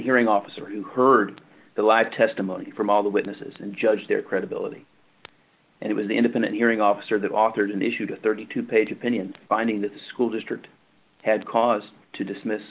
hearing officers who heard the live testimony from all the witnesses and judge their credibility and it was the independent hearing officer that authored and issued a thirty two page opinion finding that the school district had cause to dismiss